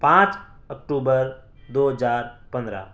پانچ اکٹوبر دو ہزار پندرہ